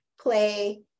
play